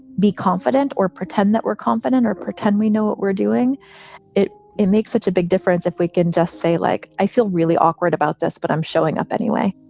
be confident or pretend that we're confident or pretend we know what we're doing it. it makes such a big difference if we can just say, like, i feel really awkward about this, but i'm showing up anyway